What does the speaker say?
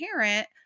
parent